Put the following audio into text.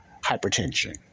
hypertension